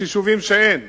יש יישובים שאין.